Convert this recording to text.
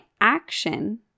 action